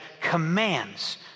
commands